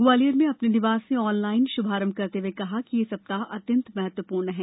ग्वालियर में अपने निवास से ऑनलाइन शुभारंभ करते हुए कहा कि यह सप्ताह अत्यन्त महत्वपूर्ण है